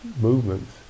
movements